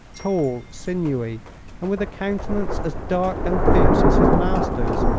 tall, sinewy and with a countenance as dark and fierce as his master's.